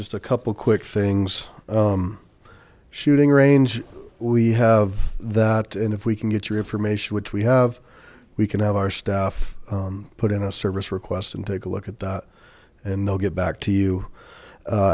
just a couple quick things shooting range we have that and if we can get your information which we have we can have our stuff put in a service request and take a look at that and they'll get back to